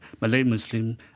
Malay-Muslim